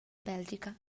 bèlgica